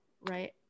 Right